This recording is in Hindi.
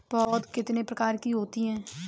पौध कितने प्रकार की होती हैं?